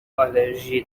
آلرژی